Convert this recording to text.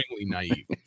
naive